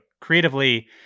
creatively